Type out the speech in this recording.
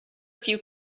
few